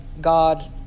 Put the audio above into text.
God